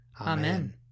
Amen